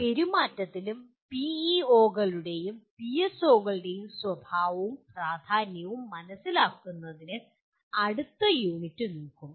പെരുമാറ്റത്തിലും പിഇഒകളുടെയും പിഎസ്ഒകളുടെയും സ്വഭാവവും പ്രാധാന്യവും മനസിലാക്കുന്നതിന് അടുത്ത യൂണിറ്റ് നോക്കും